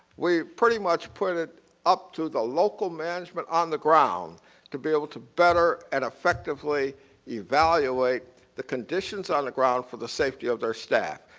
we pretty much put it up to the local management on ground to be able to better and effectively evaluate the conditions on the ground for the safety of their staff.